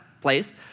place